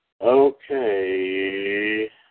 Okay